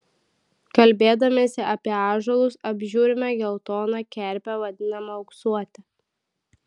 kalbėdamiesi apie ąžuolus apžiūrime geltoną kerpę vadinamą auksuote